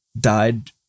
died